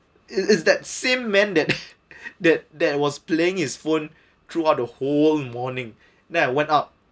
is is that same man that that that was playing his phone throughout the whole morning then I went up